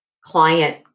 client